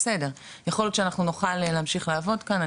יכול להיות שנוכל להמשיך לעבוד כאן.